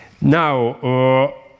now